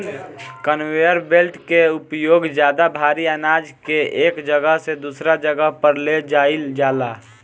conveyor belt के उपयोग ज्यादा भारी आनाज के एक जगह से दूसरा जगह पर ले जाईल जाला